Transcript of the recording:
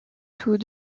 tous